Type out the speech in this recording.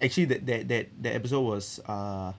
actually that that that that episode was uh